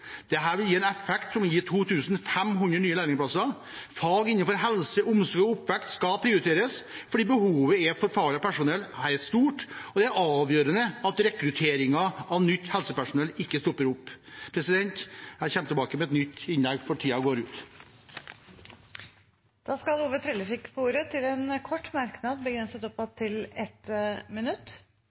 vil gi en effekt i form av 2 500 nye lærlingplasser. Fag innenfor helse, omsorg og oppvekst skal prioriteres, for her er behovet for fagpersonell stort, og det er avgjørende at rekrutteringen av nytt helsepersonell ikke stopper opp. Jeg kommer tilbake med et nytt innlegg, for tiden går ut. Representanten Ove Trellevik har hatt ordet to ganger tidligere og får ordet til en kort merknad, begrenset til 1 minutt.